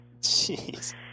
Jeez